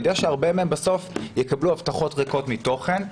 יודע שהרבה מהם בסוף יקבלו הבטחות ריקות מתוכן.